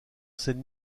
scène